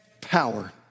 power